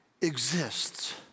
exists